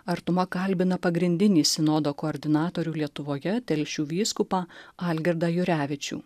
artuma kalbina pagrindinį sinodo koordinatorių lietuvoje telšių vyskupą algirdą jurevičių